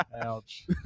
Ouch